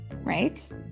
right